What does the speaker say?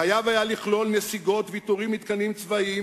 חייב היה לכלול נסיגות, ויתורים על מתקנים צבאיים